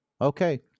Okay